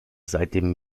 seitdem